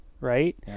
right